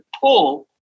pull